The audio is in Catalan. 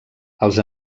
els